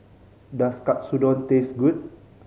does Katsudon taste good